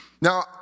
Now